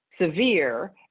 severe